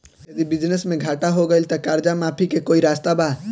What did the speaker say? यदि बिजनेस मे घाटा हो गएल त कर्जा माफी के कोई रास्ता बा?